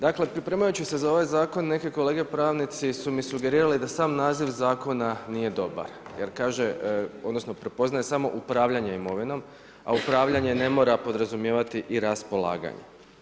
Dakle, pripremajući se za ovaj zakon neke kolege pravnici su mi sugerirali da sam naziv zakona nije dobar jer kaže, odnosno prepoznaje samo upravljanje imovinom a upravljanje ne mora podrazumijevati i raspolaganje.